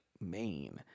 maine